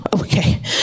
Okay